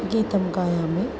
गीतं गायामि